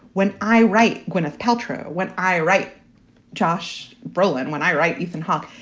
when i write gwyneth paltrow, when i write josh brolin, when i write ethan hawke,